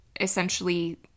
essentially